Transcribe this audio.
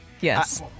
yes